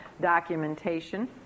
documentation